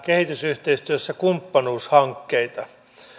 kehitysyhteistyössä kumppanuushankkeita